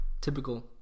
typical